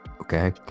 okay